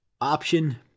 option